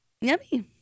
yummy